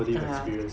(uh huh)